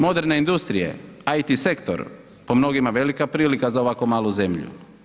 Moderne industrije, IT sektor po mnogima velika prilika za ovako malu zemlju.